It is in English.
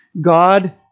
God